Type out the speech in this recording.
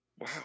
Wow